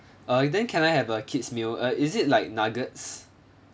uh then can I have a kids meal uh is it like nuggets